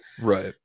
Right